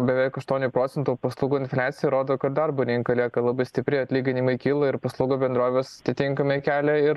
beveik aštuonių procentų paslaugų infliacija rodo kad darbo rinka lieka labai stipri atlyginimai kyla ir paslaugų bendrovės atitinkamai kelia ir